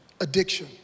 addiction